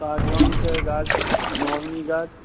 सागवानके गाछ महोगनी गाछ